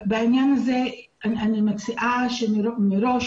בעניין הזה אני מציעה שמראש